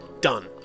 Done